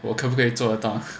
我可不可以做到